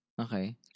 Okay